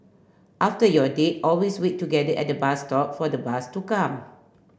after your date always wait together at bus stop for the bus to come